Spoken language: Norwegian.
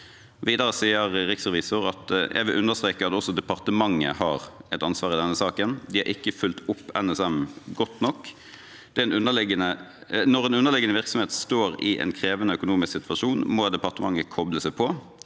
Videre skriver riksrevisor: «Jeg vil understreke at også departementet har et ansvar i denne saken. De har ikke fulgt opp NSM godt nok. Når en underliggende virksomhet står i en krevende økonomisk situasjon, må departementet koble seg på.